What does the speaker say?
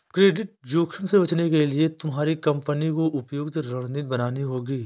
credit जोखिम से बचने के लिए तुम्हारी कंपनी को उपयुक्त रणनीति बनानी होगी